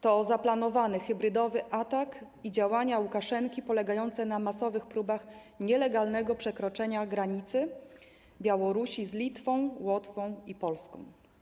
To zaplanowany atak hybrydowy i działania Łukaszenki polegające na masowych próbach nielegalnego przekroczenia granicy Białorusi z Litwą, Łotwą i Polską.